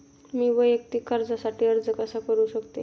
मी वैयक्तिक कर्जासाठी अर्ज कसा करु शकते?